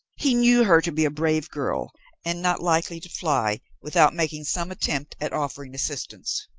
he knew her to be a brave girl and not likely to fly without making some attempt at offering assistance.